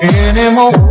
anymore